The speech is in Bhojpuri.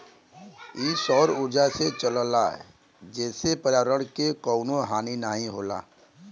इ सौर उर्जा से चलला जेसे पर्यावरण के कउनो हानि नाही होला